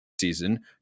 season